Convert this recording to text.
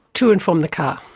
to and from the car.